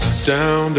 down